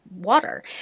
water